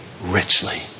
richly